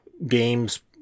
Games